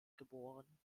geboren